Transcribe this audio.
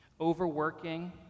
Overworking